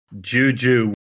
Juju